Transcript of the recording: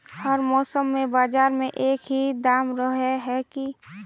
हर मौसम में बाजार में एक ही दाम रहे है की?